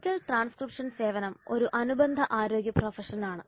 medical transcription സേവനം ഒരു അനുബന്ധ ആരോഗ്യ പ്രൊഫഷനാണ്